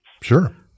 Sure